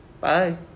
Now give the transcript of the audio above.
Bye